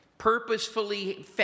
purposefully